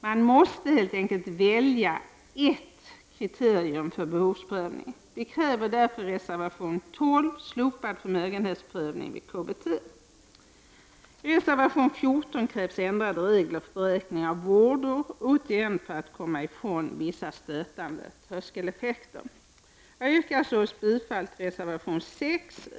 Man måste helt enkelt välja ett kriterium för behovsprövningen. Vi kräver därför i reservation 12 slopad förmögenhetsprövning vid KBT. I reservation 14 krävs ändrade regler för beräkning av vårdår, detta för att man skall komma ifrån vissa stötande tröskeleffekter. Jag yrkar bifall till reservation 6.